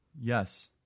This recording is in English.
Yes